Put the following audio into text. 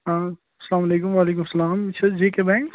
آ سلامُ علیکُم وعلیکُم سَلام یہِ چھِ حظ جے کے بینٛک